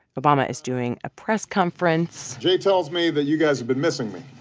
obama is doing a press conference jay tells me that you guys have been missing me